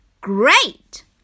great